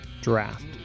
draft